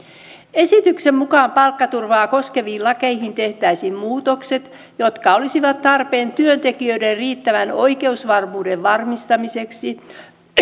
esityksen mukaan palkkaturvaa koskeviin lakeihin tehtäisiin muutokset jotka olisivat tarpeen työntekijöiden riittävän oikeusvarmuuden varmistamiseksi